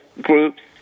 groups